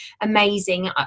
amazing